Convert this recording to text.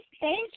thank